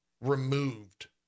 removed